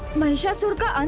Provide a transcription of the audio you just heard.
mahishasura, and